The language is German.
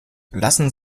lassen